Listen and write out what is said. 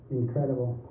incredible